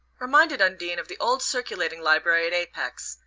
reminded undine of the old circulating library at apex,